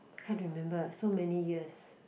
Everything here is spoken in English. can't remember so many years